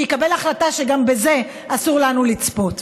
שיקבל החלטה שגם בזה אסור לנו לצפות?